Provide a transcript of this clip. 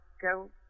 Go